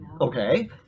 okay